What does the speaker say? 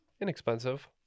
inexpensive